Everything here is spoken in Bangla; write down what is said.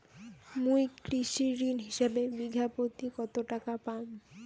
মুই কৃষি ঋণ হিসাবে বিঘা প্রতি কতো টাকা পাম?